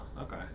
okay